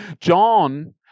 John